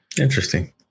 Interesting